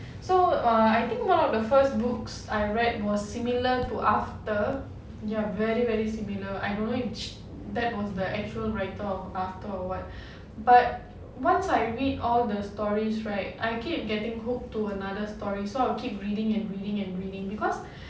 so uh I think one of the first books I read was similar to after ya very very similar I don't know if that was the actual writer of after or what but once I read all the stories right I keep getting hooked to another story sort of keep reading and reading and reading because